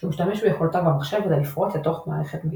שמשתמש ביכולותיו במחשב כדי לפרוץ לתוך מערכת מידע.